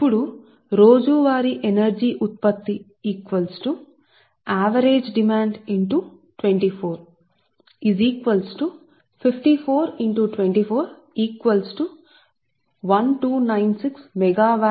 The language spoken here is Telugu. ఇప్పుడు రోజువారీ పవర్ శక్తి ఉత్పత్తి సగటు డిమాండ్ 24 54 24 1296 మెగావాట్ హవరు సరే